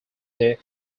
they